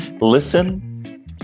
Listen